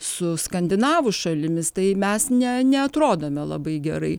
su skandinavų šalimis tai mes ne neatrodome labai gerai